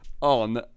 on